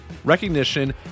Recognition